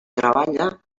treballa